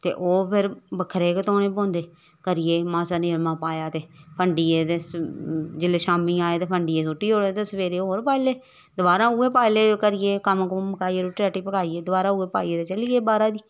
ते ओह् फिर बक्खरे गै धोने पौंदे करियै मासा निरमा पाया ते फंडियै ते जेल्लै शामी आए ते फंडियै सुट्टी औड़े ते सवेरे होर पाई ले दबारा उ'यै पाई ले ओह् करियै कम्म कुम्म मकाइयै रूट्टी राट्टी पकाइयै दोबारा उ'यै पाइयै ते चली गे बाह्रा गी